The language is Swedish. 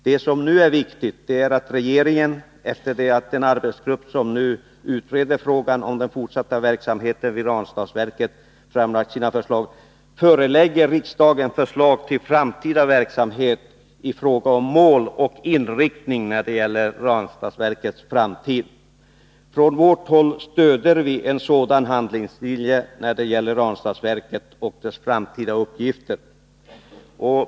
Det som nu är viktigt är att regeringen, efter det att den arbetsgrupp som nu utreder frågan om den fortsatta verksamheten vid Ranstadsverket framlagt sina förslag, förelägger riksdagen förslag i fråga om mål och inriktning när det gäller Ranstadsverkets framtid. Från vårt håll stöder vi en sådan handlingslinje i fråga om Ranstadsverket och dess framtida uppgifter.